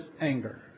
anger